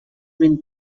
been